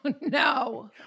no